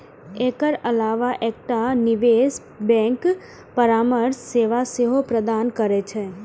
एकर अलावा एकटा निवेश बैंक परामर्श सेवा सेहो प्रदान करै छै